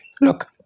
look